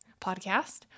podcast